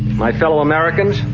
my fellow americans,